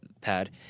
pad